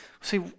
See